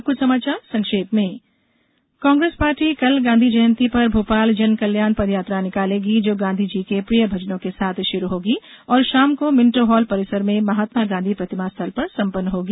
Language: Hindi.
अब कुछ समाचार संक्षेप में कांग्रेस पार्टी कल गांधी जयंती पर भोपाल जन कल्याण पदयात्रा निकालेगी जो गांधी जी के प्रिय भजनों के साथ शुरू होगी और शाम को मिंटो हाल परिसर में महात्मा गांधी प्रतिमा स्थल पर सम्पन्न होगी